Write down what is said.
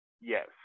Yes